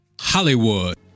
Hollywood